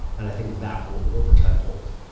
and i think that will over time hold